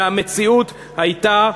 והמציאות הייתה,